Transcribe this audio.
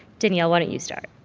danielle, why don't you start?